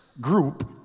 group